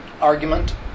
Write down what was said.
argument